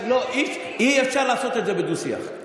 אבל אי-אפשר לעשות את זה בדו-שיח.